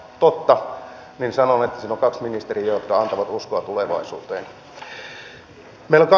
otto misä oli lukot ministeriöt alkavat arvoisa puhemies